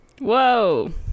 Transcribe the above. whoa